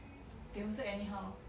they also anyhow